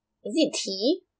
is it tea